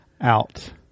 out